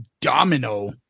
Domino